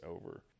over